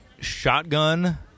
Shotgun